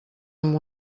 amb